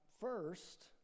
First